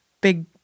big